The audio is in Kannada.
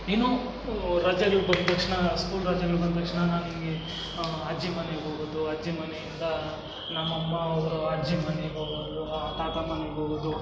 ಇನ್ನೂ ರಜೆಗಳು ಬಂದ ತಕ್ಷಣ ಸ್ಕೂಲ್ ರಜೆಗಳ್ ಬಂದು ತಕ್ಷಣ ನನಗೆ ಅಜ್ಜಿ ಮನೆಗೆ ಹೋಗೋದು ಅಜ್ಜಿ ಮನೆಯಿಂದಾ ನಮ್ಮಅಮ್ಮ ಅವರು ಅಜ್ಜಿ ಮನೆಗೆ ಹೋಗೋದು ತಾತ ಮನೆಗೆ ಹೋಗೋದು